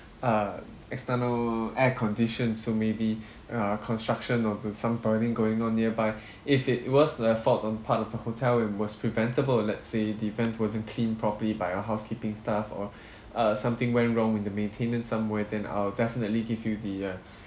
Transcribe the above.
err external air condition so maybe err construction or the some building going on nearby if it was a fault on part of the hotel and it was preventable let say the vent wasn't cleaned properly by a housekeeping staff or err something went wrong with the maintenance somewhere then I'll definitely give you the err